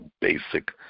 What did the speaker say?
basic